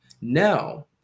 Now